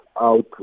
Out